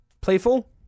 Playful